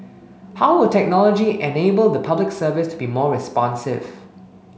how will technology enable the Public Service to be more responsive